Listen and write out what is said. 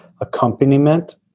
accompaniment